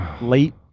late